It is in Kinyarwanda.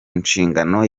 nshingano